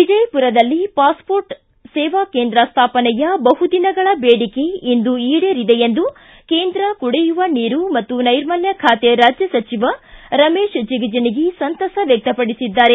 ವಿಜಯಪುರದಲ್ಲಿ ಪಾಸ್ಮೋರ್ಟ್ ಸೇವಾ ಕೇಂದ್ರ ಸ್ಟಾಪನೆಯ ಬಹುದಿನಗಳ ಬೇಡಿಕೆ ಇಂದು ಈಡೇರಿದೆ ಎಂದು ಕೇಂದ್ರ ಕುಡಿಯುವ ನೀರು ಮತ್ತು ನೈರ್ಮಲ್ಕ ಖಾತೆ ರಾಜ್ಯ ಸಚಿವ ರಮೇಶ ಜಿಗಜಿಣಗಿ ಸಂತಸ ವ್ಯಕ್ತಪಡಿಸಿದ್ದಾರೆ